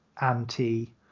anti